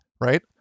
right